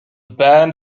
band